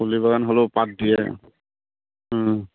কুলি বাগান হ'লেও পাত দিয়ে